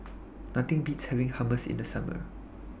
Nothing Beats having Hummus in The Summer